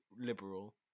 liberal